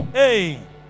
hey